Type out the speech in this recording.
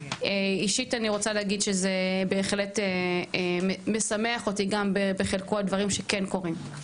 אישית אני רוצה להגיד שזה בהחלט משמח אותי גם בחלקו הדברים שכן קורים.